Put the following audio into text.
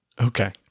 Okay